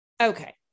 okay